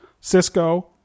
Cisco